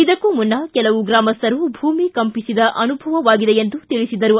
ಇದಕ್ಕೂ ಮುನ್ನ ಕೆಲವು ಗ್ರಾಮಸ್ಥರು ಭೂಮಿ ಕಂಪಿಸಿದ ಅನುಭವವಾಗಿದೆ ಎಂದು ತಿಳಿಬಿದ್ದರು